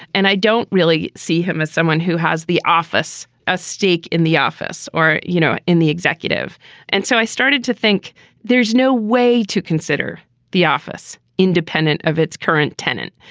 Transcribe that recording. and i don't really see him as someone who has the office, a stake in the office or, you know, in the executive and so i started to think there's no way to consider the office independent of its current tenant.